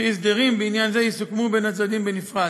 וכי הסדרים בעניין זה יסוכמו בין הצדדים בנפרד.